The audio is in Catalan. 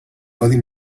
codi